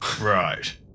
Right